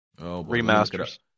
Remasters